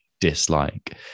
dislike